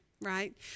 right